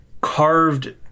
carved